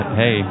hey